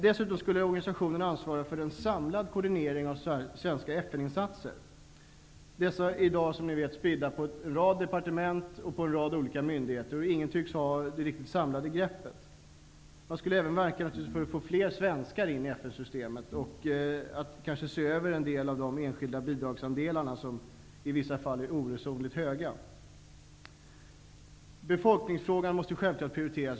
Dessutom skulle organisationen ansvara för en samlad koordinering av svenska FN-insatser. Dessa är i dag, som ni vet, spridda på en rad departement och myndigheter. Ingen tycks ha det samlade greppet. Vi bör även verka för att få fler svenskar i FN-systemet och se över de svenska bidragsandelarna som i vissa fall är oresonligt stora. Befolkningsfrågan måste självfallet prioriteras.